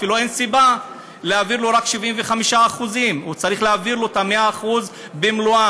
אפילו אין סיבה להעביר לו רק 75%. צריך להעביר לו את ה-100% במלואם,